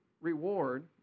reward